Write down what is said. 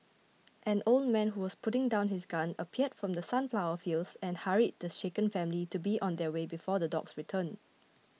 an old man who was putting down his gun appeared from the sunflower fields and hurried the shaken family to be on their way before the dogs return